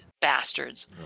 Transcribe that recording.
bastards